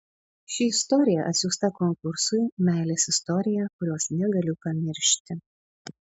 ši istorija atsiųsta konkursui meilės istorija kurios negaliu pamiršti